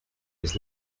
his